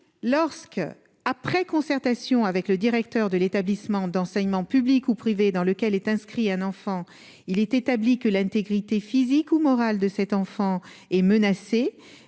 lorsque, après concertation avec le directeur de l'établissement d'enseignement public ou privé dans lequel est inscrit un enfant, il est établi que l'intégrité physique ou morale de cet enfant et menacé